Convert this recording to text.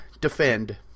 defend